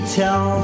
tell